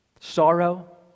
sorrow